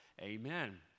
amen